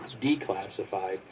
declassified